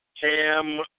Cam